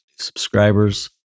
Subscribers